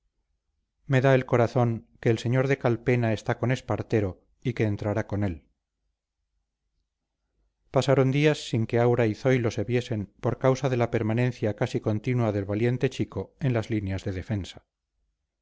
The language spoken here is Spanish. me da el corazón que el sr de calpena está con espartero y que entrará con él pasaron días sin que aura y zoilo se viesen por causa de la permanencia casi continua del valiente chico en las líneas de defensa